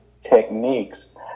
techniques